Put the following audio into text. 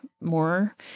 more